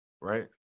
right